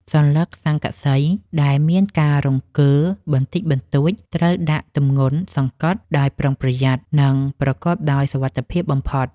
សន្លឹកស័ង្កសីដែលមានការរង្គើបន្តិចបន្តួចត្រូវដាក់ទម្ងន់សង្កត់ដោយប្រុងប្រយ័ត្ន និង ប្រកបដោយសុវត្ថិភាពបំផុត។